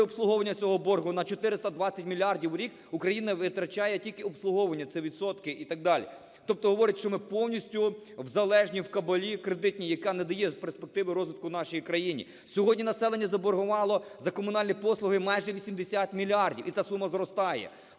обслуговування цього боргу, 420 мільярдів в рік Україна витрачає тільки обслуговування - це відсотки і так далі. Тобто говорить, що ми повністю залежні, в кабалі кредитній, яка не дає перспективи розвитку в нашій країні. Сьогодні населення заборгувало за комунальні послуги майже 80 мільярдів, і ця сума зростає.